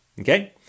Okay